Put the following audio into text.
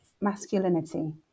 masculinity